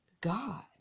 God